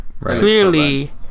clearly